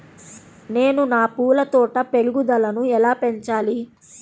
నేను నా పూల తోట పెరుగుదలను ఎలా పెంచాలి?